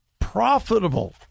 Profitable